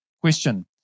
question